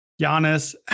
Giannis